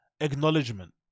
acknowledgement